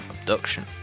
abduction